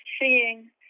seeing